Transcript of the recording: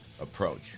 approach